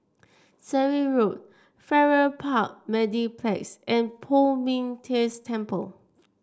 Surrey Road Farrer Park Mediplex and Poh Ming Tse Temple